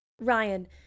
RYAN